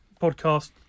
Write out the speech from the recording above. podcast